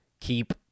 keep